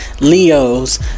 leos